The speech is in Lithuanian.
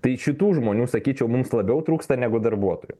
tai šitų žmonių sakyčiau mums labiau trūksta negu darbuotojų